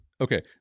Okay